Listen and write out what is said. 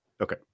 Okay